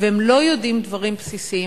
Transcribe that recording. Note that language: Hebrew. והם לא יודעים דברים בסיסיים.